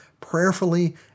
prayerfully